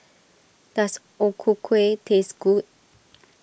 does O Ku Kueh taste good